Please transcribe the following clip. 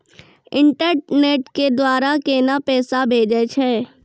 Internet के द्वारा केना पैसा भेजय छै?